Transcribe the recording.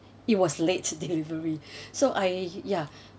it was late delivery so I yeah